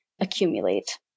accumulate